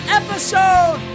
episode